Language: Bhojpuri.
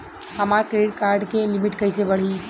हमार क्रेडिट कार्ड के लिमिट कइसे बढ़ी?